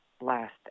last